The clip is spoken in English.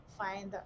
find